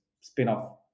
spin-off